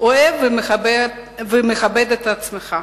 אוהב ומכבד את עצמך.